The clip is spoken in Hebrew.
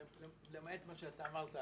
למעט מה שאתה אמרת,